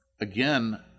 Again